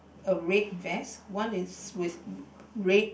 a red vest one is with red